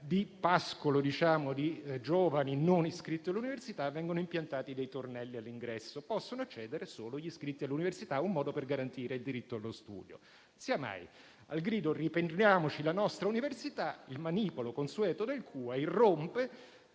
di pascolo di giovani non iscritti all'università, vengono impiantati dei tornelli all'ingresso, e possono accedere solo gli iscritti all'università, un modo per garantire il diritto allo studio. Sia mai! Al grido «Riprendiamoci la nostra università!» il manipolo consueto del CUA irrompe,